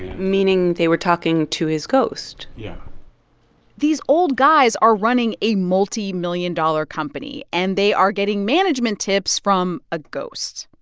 meaning they were talking to his ghost yeah these old guys are running a multimillion-dollar company, and they are getting management tips from a ghost.